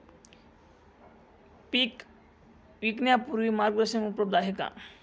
पीक विकण्यापूर्वी मार्गदर्शन उपलब्ध आहे का?